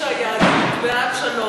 יגאל עמיר גדל, איפה הוא למד?